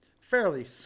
fairly